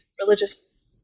religious